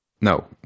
No